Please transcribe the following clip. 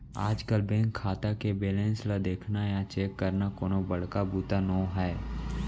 आजकल बेंक खाता के बेलेंस ल देखना या चेक करना कोनो बड़का बूता नो हैय